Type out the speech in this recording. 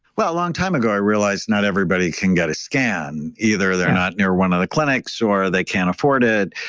well, a long time ago, i realized not everybody can get a scan. either they're not near one of the clinics or they can't afford it.